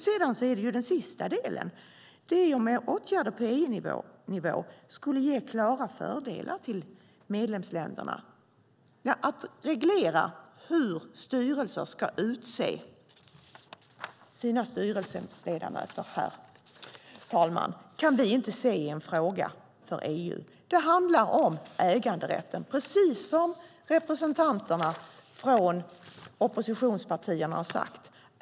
Den sista delen handlar om ifall åtgärder på EU-nivå skulle ge klara fördelar till medlemsländerna. Att reglera hur styrelser ska utse sina styrelseledamöter, herr talman, kan vi inte se är en fråga för EU. Det handlar om äganderätten, precis som representanterna för oppositionspartierna har sagt.